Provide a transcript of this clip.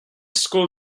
school